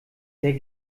der